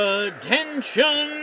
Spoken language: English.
attention